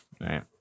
right